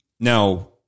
Now